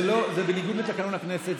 זה לא, זה בניגוד לתקנון הכנסת.